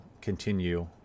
continue